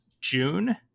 June